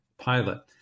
pilot